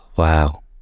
Wow